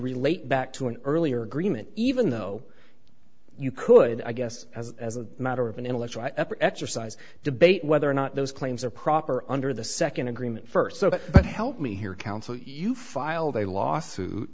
relate back to an earlier agreement even though you could i guess as as a matter of an intellectual effort exercise debate whether or not those claims are proper under the second agreement first so help me here counsel you filed a lawsuit